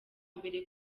mbere